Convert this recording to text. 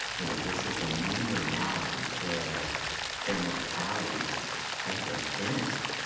you know, this is a new normality where their mortality is is part of their identity.